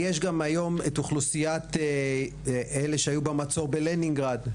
יש גם היום את האוכלוסיות האלה שהיו במצור בלנינגרד,